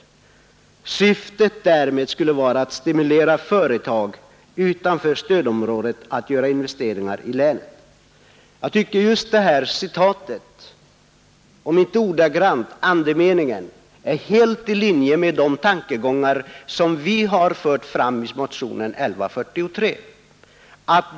Syftet därmed skulle vara att stimulera företag utanför stödområdet att göra investeringar i länet.” Jag tycker att andemeningen i detta citat är helt i linje med de tankegångar som vi fört fram i motionen 1143.